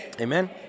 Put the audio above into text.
Amen